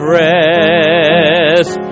rest